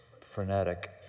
frenetic